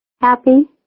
happy